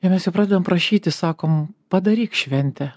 ir mes jo pradedam prašyti sakom padaryk šventę